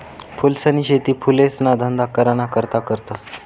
फूलसनी शेती फुलेसना धंदा कराना करता करतस